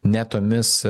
ne tomis